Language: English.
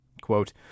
Quote